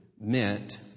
meant